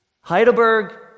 Heidelberg